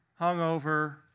hungover